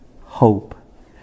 hope